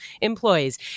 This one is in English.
employees